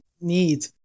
need